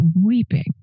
weeping